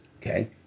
okay